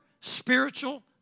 spiritual